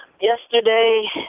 Yesterday